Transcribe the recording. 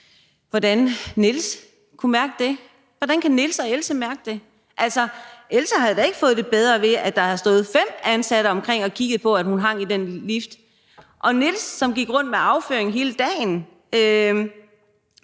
hvordan Niels sådan kan mærke det. Hvordan kan Niels og Else mærke det? Altså, Else havde da ikke fået det bedre, ved at der havde stået fem ansatte omkring hende og kigget på, at hun hang i den lift – og Niels, som gik rundt med afføring hele dagen,